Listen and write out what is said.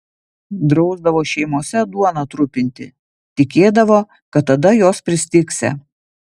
drausdavo šeimose duoną trupinti tikėdavo kad tada jos pristigsią